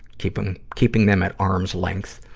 keep em, keeping them at arm's length.